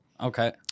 Okay